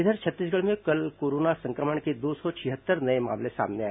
इधर छत्तीसगढ़ में कल कोरोना संक्रमण के दो सौ छिहत्तर नये मामले सामने आए